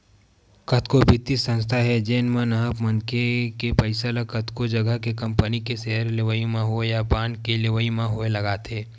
कतको बित्तीय संस्था हे जेन मन ह मनखे मन के पइसा ल कतको जघा के कंपनी के सेयर लेवई म होय या बांड के लेवई म होय लगाथे